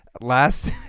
last